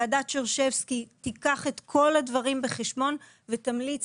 ועדת שרשבסקי תיקח את כל הדברים בחשבון ותמליץ